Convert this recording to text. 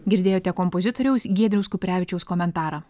girdėjote kompozitoriaus giedriaus kuprevičiaus komentarą